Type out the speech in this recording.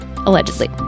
Allegedly